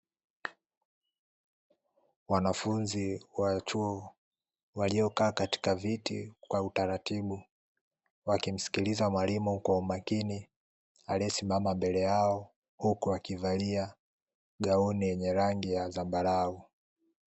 Wanafunzi wa chuo waliokaa katika viti kwa utaratibu, wakimsikiliza mwalimu kwa umakini aliyesimama mbele yao huku akivalia gauni yenye rangi ya zambarau.